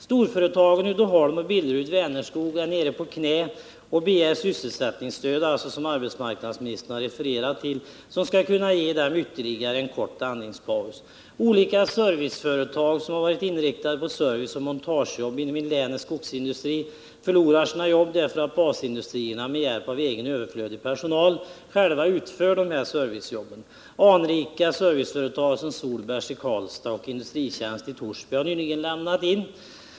Storföretagen Billerud-Uddeholm och Vänerskog är nere på knä och begär, som arbetsmarknadsministern har refererat, sysselsättningsstöd som skall kunna ge dem ytterligare en kort andningspaus. Olika serviceföretag som har varit inriktade på serviceoch montagejobb inom länets skogsindustri förlorar sina jobb på grund av att basindustrierna själva med hjälp av egen överflödig personal utför jobben. Anrika serviceföretag som Solbergs i Karlstad och Industritjänst i Torsby har nyligen lämnat in.